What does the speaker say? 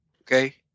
Okay